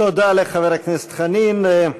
תודה לחבר הכנסת חנין.